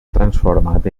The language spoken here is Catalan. transformat